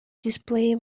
display